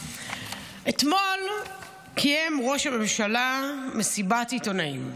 אתמול קיים ראש הממשלה מסיבת עיתונאים.